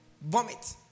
vomit